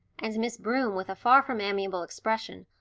and miss broom, with a far from amiable expression,